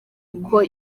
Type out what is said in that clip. uko